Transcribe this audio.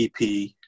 EP